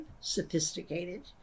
sophisticated